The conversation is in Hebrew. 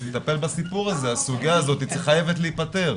צריך לטפל בסיפור הזה, הסוגייה הזאת חייבת להיפתר.